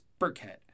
Burkhead